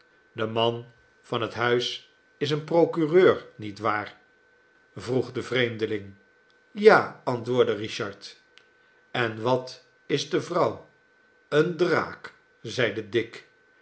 de man van het huis is een procureur niet waar vroeg de vreemdeling ja antwoordde richard en wat is de vrouw een draak zeide dick